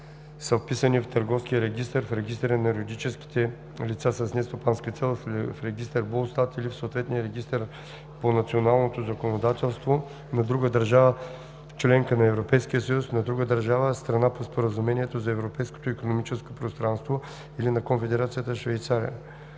са вписани в търговския регистър, в регистъра на юридическите лица с нестопанска цел, в регистър БУЛСТАТ или в съответния регистър по националното законодателство на друга държава – членка на Европейския съюз, на друга държава – страна по Споразумението за Европейското икономическо пространство, или на Конфедерация Швейцария;